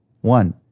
One